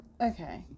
Okay